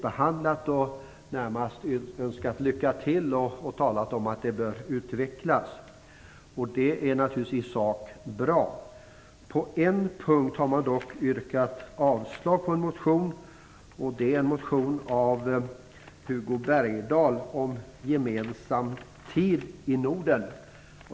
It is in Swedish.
Man har närmast önskat de inblandade lycka till och talat om att områdena bör utvecklas. Det är naturligtvis bra i sak. På en punkt har man dock yrkat avslag på en motion. Det är en motion av Hugo Bergdahl om gemensam tid i Norden.